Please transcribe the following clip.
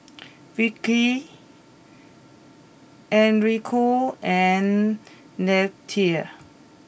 Vickey Enrico and Leatha